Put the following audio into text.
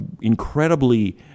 incredibly